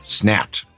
snapped